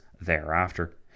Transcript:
thereafter